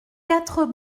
quatre